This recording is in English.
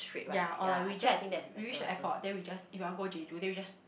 ya or like we just we we reach the airport then we just if we want go Jeju then we just